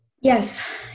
yes